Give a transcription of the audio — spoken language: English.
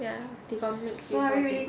ya they got mix before I think